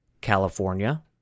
California